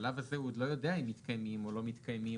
בשלב הזה הוא עוד לא יודע אם מתקיימים או לא מתקיימים